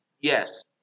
yes